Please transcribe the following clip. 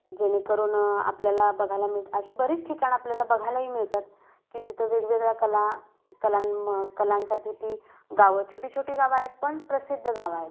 जेणेकरून आपल्याला बघायला मिळतं अशी बरीच ठिकाणं आपल्याला बघायलाही मिळतात की तिथं वेगवेगळ्या कला कला मग कलांसाठी ती गावं छोटी छोटी गावं आहे पण प्रसिद्ध गावं आहेत